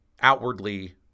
outwardly